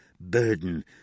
burden